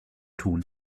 tun